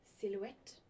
silhouette